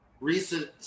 recent